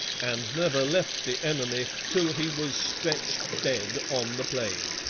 and never left the enemy till he was stretched dead on the plain.